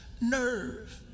nerve